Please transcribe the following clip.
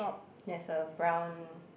there's a brown